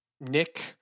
Nick